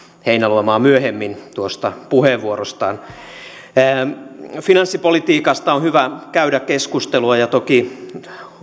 heinäluomaa myöhemmin tuosta hänen puheenvuorostaan finanssipolitiikasta on hyvä käydä keskustelua ja ja toki